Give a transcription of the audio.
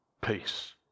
Peace